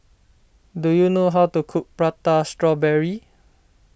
do you know how to cook Prata Strawberry